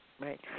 Right